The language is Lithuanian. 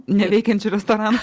neveikiantį restoraną